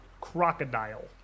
crocodile